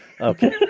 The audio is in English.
Okay